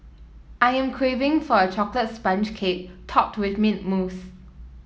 I am craving for a chocolate sponge cake topped with mint mousse